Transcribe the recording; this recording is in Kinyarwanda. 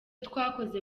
twakoze